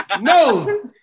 No